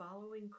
following